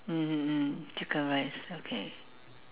mmhmm mm chicken rice okay